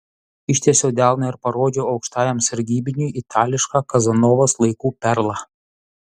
ištiesiau delną ir parodžiau aukštajam sargybiniui itališką kazanovos laikų perlą